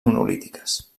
monolítiques